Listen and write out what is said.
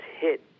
hit